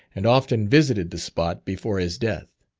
and often visited the spot before his death.